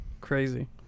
crazy